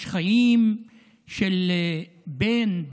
יש חיים של בן,